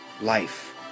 life